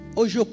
Hoje